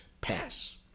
pass